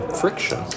friction